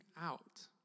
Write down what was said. out